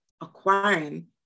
acquiring